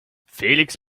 felix